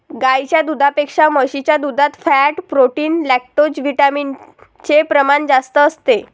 गाईच्या दुधापेक्षा म्हशीच्या दुधात फॅट, प्रोटीन, लैक्टोजविटामिन चे प्रमाण जास्त असते